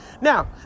Now